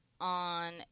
on